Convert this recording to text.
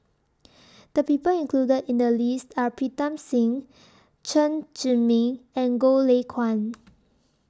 The People included in The list Are Pritam Singh Chen Zhiming and Goh Lay Kuan